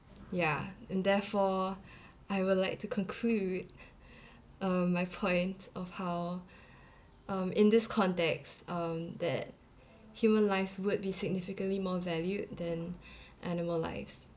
ya and therefore I would like to conclude uh my point of how um in this context um that human lives would be significantly more valued than animal lives